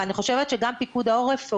אבל אני חושבת שגם פיקוד העורף,